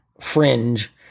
fringe